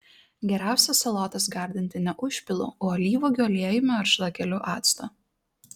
geriausia salotas gardinti ne užpilu o alyvuogių aliejumi ar šlakeliu acto